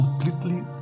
completely